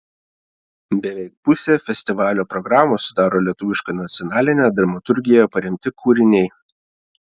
beveik pusę festivalio programos sudaro lietuviška nacionaline dramaturgija paremti kūriniai